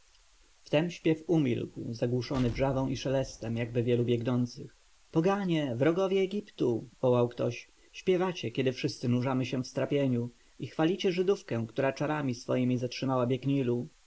wtem śpiew umilkł zagłuszony wrzawą i szelestem jakby wielu biegnących poganie wrogowie egiptu wołał ktoś śpiewacie kiedy wszyscy nurzamy się w strapieniu i chwalicie żydówkę która czarami swemi zatrzymała bieg